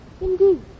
Indeed